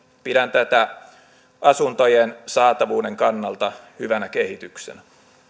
pidän tätä asuntojen saatavuuden kannalta hyvänä kehityksenä